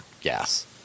gas